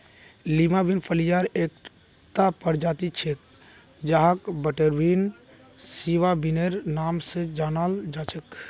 Lima bean फलियार एकता प्रजाति छिके जहाक बटरबीन, सिवा बिनेर नाम स जानाल जा छेक